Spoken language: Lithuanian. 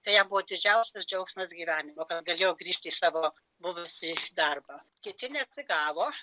tai jam buvo didžiausias džiaugsmas gyvenime kad galėjo grįžti į savo buvusį darbą kiti neatsigavo